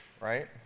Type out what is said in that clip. right